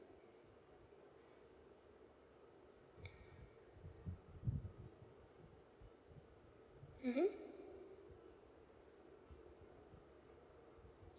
mmhmm